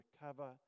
recover